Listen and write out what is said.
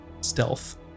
stealth